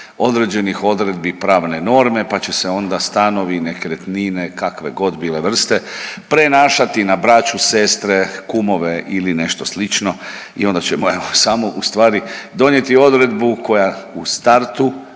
određenih odredbi pravne norme, pa će se onda stanovi, nekretnine, kakve god bile vrste, prenašati na braću, sestre, kumove ili nešto slično i onda ćemo evo, samo ustvari donijeti odredbu koja u startu